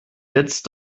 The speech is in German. jetzt